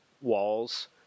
walls